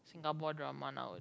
Singapore drama nowaday